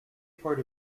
part